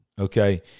Okay